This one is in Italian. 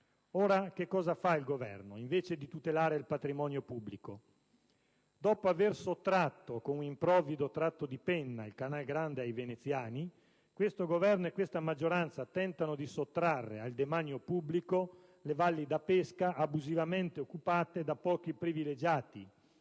Ora, che cosa fa il Governo, invece di tutelare il patrimonio pubblico? Dopo aver sottratto, con un improvvido tratto di penna, il Canal Grande ai veneziani, questo Governo e questa maggioranza tentano di sottrarre al demanio pubblico le valli da pesca abusivamente occupate da pochi privilegiati,